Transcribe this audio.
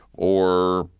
or,